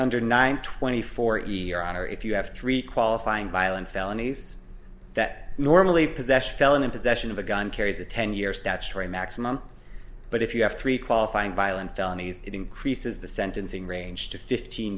under nine twenty four easier if you have three qualifying violent felonies that normally possessed felon in possession of a gun carries a ten year statutory maximum but if you have three qualifying violent felonies it increases the sentencing range to fifteen